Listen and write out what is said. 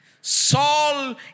Saul